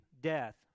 death